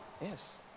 yes